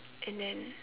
and then